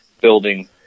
building